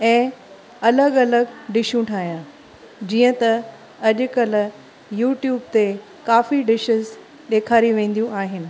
ऐं अलॻि अलॻि डिशूं ठाहियां जीअं त अॼुकल्ह यूट्यूब ते काफ़ी डिशेस ॾेखारी वेंदियूं आहिनि